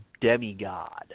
demigod